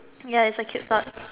ya if the kid is not